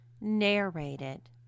Narrated